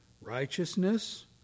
righteousness